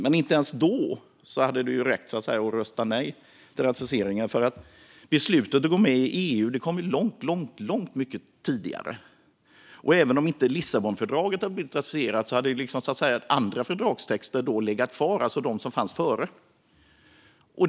Men inte ens då hade vi rätt att rösta nej till ratificeringen, för beslutet om att gå med i EU fattades ju långt mycket tidigare. Och även om inte Lissabonfördraget hade blivit ratificerat hade andra fördragstexter legat kvar, alltså de som fanns tidigare.